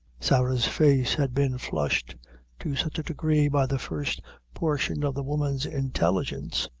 sarah's face had been flushed to such a degree by the first portion of the woman's intelligence,